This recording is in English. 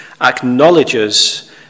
acknowledges